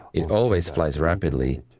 it always flies rapidly.